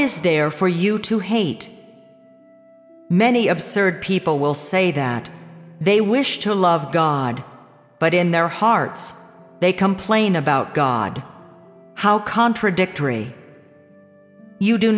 is there for you to hate many absurd people will say that they wish to love god but in their hearts they complain about god how contradictory you do